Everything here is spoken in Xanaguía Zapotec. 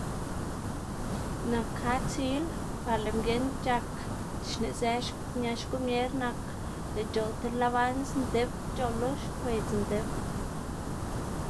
Nak kad sil par lëꞌ mginn c̲h̲ak xneꞌzëña xkomier nak, lëꞌ c̲h̲oꞌl tib labans ndip c̲h̲oꞌlu, kwedz ndip.